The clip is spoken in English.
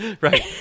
Right